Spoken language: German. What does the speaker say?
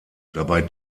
dabei